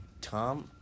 Tom